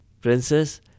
Princess